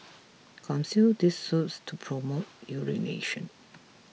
consume this soups to promote urination